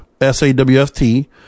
S-A-W-F-T